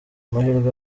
amahirwe